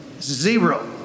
Zero